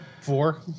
Four